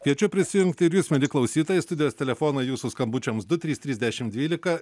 kviečiu prisijungti ir jūs mieli klausytojai studijos telefonai jūsų skambučiams du trys trys dešimt dvylika